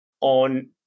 on